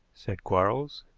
said quarles.